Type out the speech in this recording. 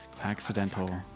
accidental